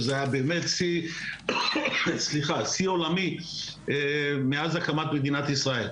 שזה היה באמת שיא עולמי מאז הקמת מדינת ישראל.